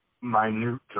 minute